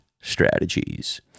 strategies